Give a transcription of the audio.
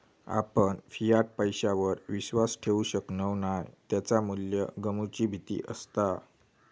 आपण फियाट पैशावर विश्वास ठेवु शकणव नाय त्याचा मू्ल्य गमवुची भीती असता